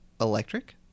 Electric